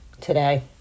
today